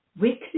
weekly